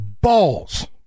balls